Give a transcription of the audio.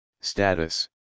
status